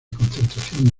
concentración